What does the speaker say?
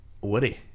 Woody